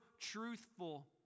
truthful